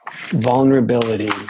vulnerability